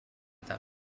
that